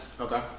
Okay